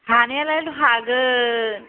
हानायालाय हागोन